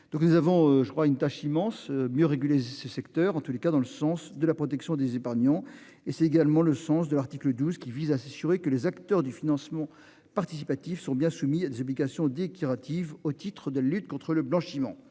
je crois une tâche immense mieux réguler ce secteur en tous les cas, dans le sens de la protection des épargnants et c'est également le sens de l'article 12 qui vise à s'assurer que les acteurs du financement participatif sont bien soumis à des obligations des curative au titre de lutte contre le blanchiment.